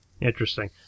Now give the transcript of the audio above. interesting